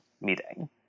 meeting